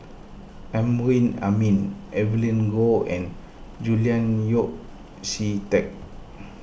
Amrin Amin Evelyn Goh and Julian Yeo See Teck